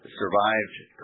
survived